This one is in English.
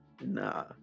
Nah